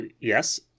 yes